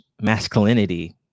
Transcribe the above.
masculinity